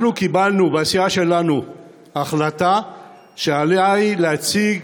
אנחנו קיבלנו בסיעה שלנו החלטה שעלי להציג